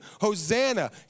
Hosanna